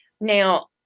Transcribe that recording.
now